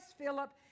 Philip